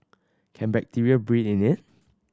can bacteria breed in it